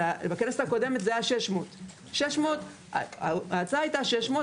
בכנסת הקודמת זה היה 600. ההצעה הייתה 600,